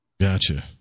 Gotcha